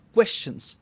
Questions